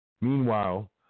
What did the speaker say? Meanwhile